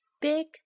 big